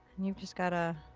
and you've just gotta.